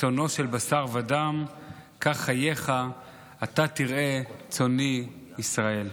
צאנו של בשר ודם כך, חייך אתה תרעה צאני ישראל".